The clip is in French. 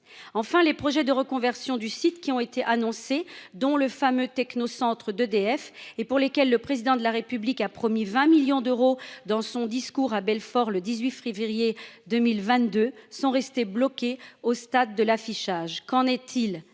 Enfin, les projets annoncés de reconversion du site, dont le fameux technocentre d'EDF, et pour lesquels le Président de la République a promis 20 millions d'euros dans son discours de Belfort du 10 février 2022, sont restés bloqués au stade de l'affichage. Qu'en est-il,